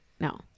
no